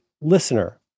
listener